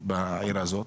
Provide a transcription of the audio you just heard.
בעיר הזאת?